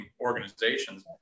organizations